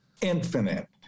infinite